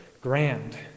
grand